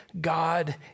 God